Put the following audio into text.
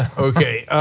okay,